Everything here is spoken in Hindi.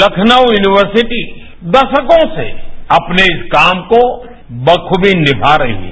लखनउ यूनिवर्सिटी दशकों से अपने इस काम को बखूबी निभा रही है